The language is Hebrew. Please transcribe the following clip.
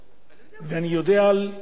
אני יודע על מקרים,